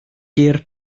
gur